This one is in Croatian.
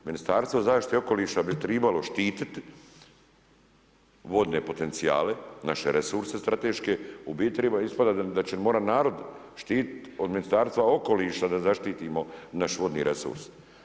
Ministarstvo zaštite i okoliša bi trebalo štititi vodne potencijale, naše resurse strateške, u biti treba ispada da će morat narod štititi od Ministarstva okoliša da zaštitimo naš vodni resurs.